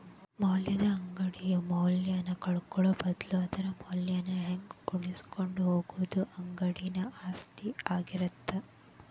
ಮೌಲ್ಯದ ಅಂಗಡಿಯು ಮೌಲ್ಯನ ಕಳ್ಕೊಳ್ಳೋ ಬದ್ಲು ಅದರ ಮೌಲ್ಯನ ಹಂಗ ಉಳಿಸಿಕೊಂಡ ಹೋಗುದ ಅಂಗಡಿ ಆಸ್ತಿ ಆಗಿರತ್ತ